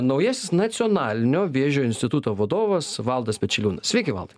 naujasis nacionalinio vėžio instituto vadovas valdas pečeliūnas sveiki valdai